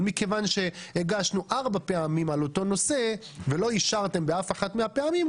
אבל מכיוון שהגשנו 4 פעמים על אותו נושא ולא אישרתם באף אחת מהפעמים,